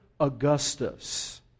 Augustus